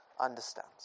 understands